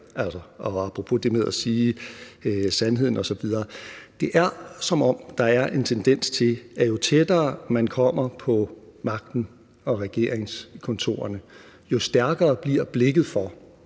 apropos det med at sige sandheden osv. Det er, som om der er en tendens til, at jo tættere man kommer på magten og regeringskontorerne, jo stærkere bliver blikket for,